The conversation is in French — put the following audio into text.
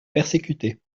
persécuter